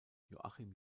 joachim